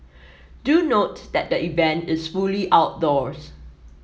do note that the event is fully outdoors